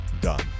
done